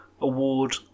award